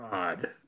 God